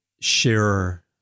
share